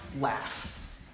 laugh